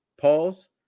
Pause